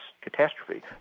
catastrophe